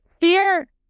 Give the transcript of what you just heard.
Fear